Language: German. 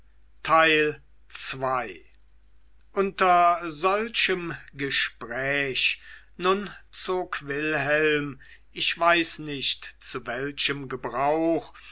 unter solchem gespräch nun zog wilhelm ich weiß nicht zu welchem gebrauch